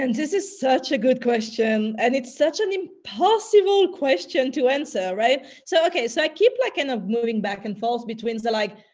and this is such a good question and it's such an impossible question to answer, right? so okay, so i keep like kind of moving back and forth between the like.